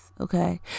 okay